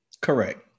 Correct